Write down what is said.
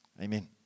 Amen